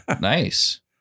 Nice